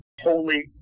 holy